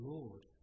Lord